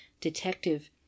detective